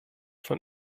von